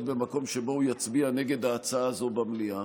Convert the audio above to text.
במקום שבו הוא יצביע נגד ההצעה הזו במליאה,